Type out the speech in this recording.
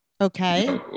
Okay